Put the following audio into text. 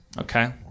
Okay